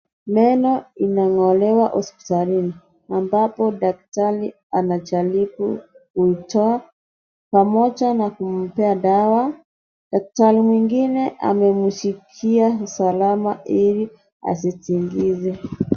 Meno inangolewa hospitalini ambapo daktari anajaribu kuitoa pamoja na kumpea dawa. Daktari mwingine amemshikia msalama ili asitingize.